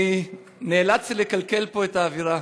אני נאלץ לקלקל פה את האווירה,